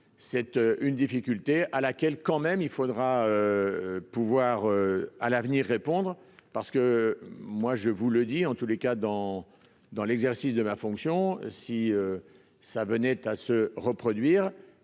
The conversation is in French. cette une difficulté à laquelle quand même, il faudra pouvoir à l'avenir répondre parce que moi je vous le dis, en tous les cas dans dans l'exercice de la fonction si ça venait à se reproduire,